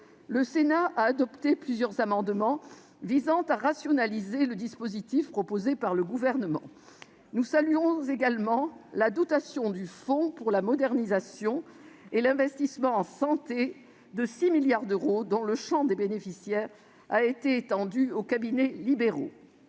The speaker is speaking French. Le Sénat a adopté plusieurs amendements visant à rationaliser le dispositif proposé par le Gouvernement. Nous saluons aussi la dotation du fonds pour la modernisation et l'investissement en santé de 6 milliards d'euros, dont le champ des bénéficiaires a été étendu aux cabinets libéraux.